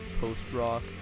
post-rock